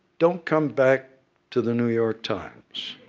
don't come back to the new york times.